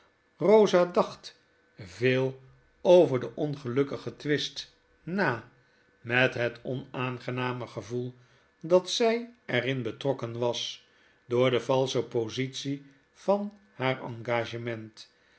eosa dacht veel over den ongelukkigen twist na met het onaangename gevoel dat zy er in betrokken was door de valschepositie van haar engagement